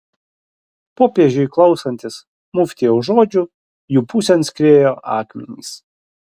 popiežiui klausantis muftijaus žodžių jų pusėn skriejo akmenys